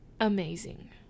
Amazing